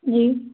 जी